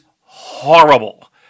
horrible